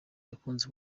yakunze